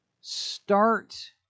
start